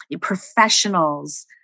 professionals